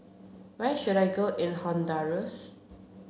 where should I go in Honduras